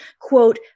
quote